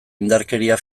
indarkeria